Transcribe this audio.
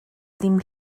dim